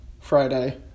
Friday